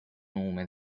nome